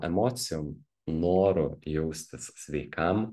emocijom noru jaustis sveikam